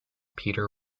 peter